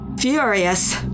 furious